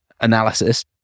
analysis